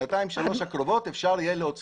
ובשנתיים-שלוש הקרובות אפשר יהיה להוציא אותו עד תומו.